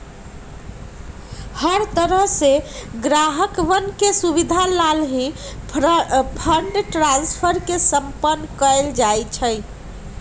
हर तरह से ग्राहकवन के सुविधा लाल ही फंड ट्रांस्फर के सम्पन्न कइल जा हई